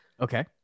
Okay